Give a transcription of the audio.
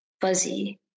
fuzzy